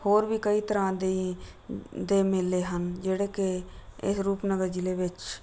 ਹੋਰ ਵੀ ਕਈ ਤਰ੍ਹਾਂ ਦੀ ਦੇ ਮੇਲੇ ਹਨ ਜਿਹੜੇ ਕਿ ਇਹ ਰੂਪਨਗਰ ਜ਼ਿਲ੍ਹੇ ਵਿੱਚ